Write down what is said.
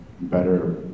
better